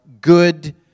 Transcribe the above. good